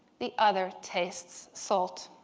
the other tastes salt.